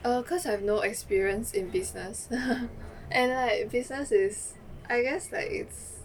err cause I've no experience in business and like business is I guess like it's